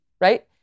right